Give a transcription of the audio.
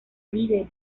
líder